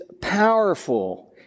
powerful